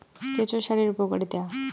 কেঁচো সারের উপকারিতা?